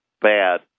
bad